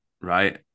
right